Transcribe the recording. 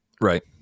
Right